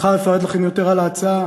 מחר אפרט לכם יותר על ההצעה,